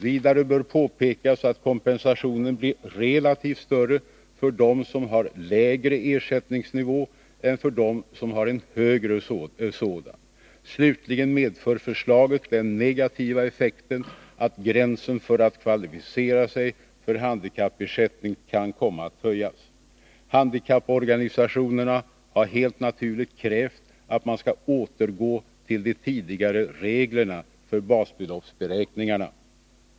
Vidare bör påpekas att kompensationen blir relativt större för dem som har lägre ersättningsnivå än för dem som har en högre sådan. Slutligen medför förslaget den negativa effekten att gränsen för att kvalificera sig för handikappersättning kan komma att höjas. Handikapporganisationerna har helt naturligt krävt att man skall återgå till de tidigare reglerna för basbeloppsberäkningarna.